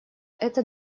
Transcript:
этот